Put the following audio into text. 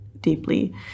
deeply